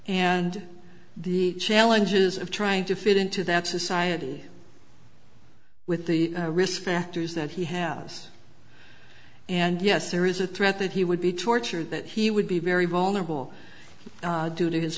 and the challenges of trying to fit into that society with the risk factors that he has and yes there is a threat that he would be tortured that he would be very vulnerable due to his